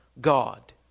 God